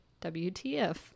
WTF